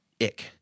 ick